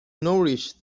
nourish